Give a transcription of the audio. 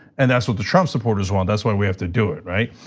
and that's what the trump supporters want. that's why we have to do it, right?